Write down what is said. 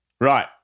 Right